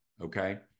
Okay